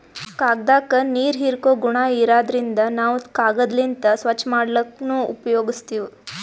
ಕಾಗ್ದಾಕ್ಕ ನೀರ್ ಹೀರ್ಕೋ ಗುಣಾ ಇರಾದ್ರಿನ್ದ ನಾವ್ ಕಾಗದ್ಲಿಂತ್ ಸ್ವಚ್ಚ್ ಮಾಡ್ಲಕ್ನು ಉಪಯೋಗಸ್ತೀವ್